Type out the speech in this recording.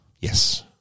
Yes